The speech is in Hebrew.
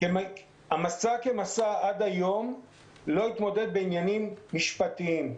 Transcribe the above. המסע עד היום לא התמודד בעניינים משפטיים,